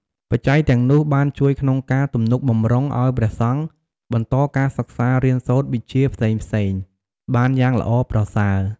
បច្ច័យទាំងនោះ បានជួយក្នុងការទំនុកបម្រុងឱ្យព្រះសង្ឃបន្តការសិក្សារៀនសូត្រវិជ្ជាផ្សេងៗ បានយ៉ាងល្អប្រសើរ។